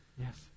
yes